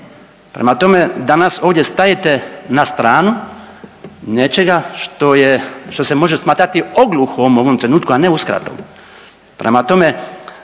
prema tome, danas ovdje stajete na stranu nečega što je, što se može smatrati ogluhom u ovom trenutku, a ne uskratom. Prema tome,